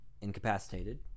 incapacitated